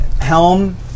Helm